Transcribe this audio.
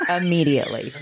immediately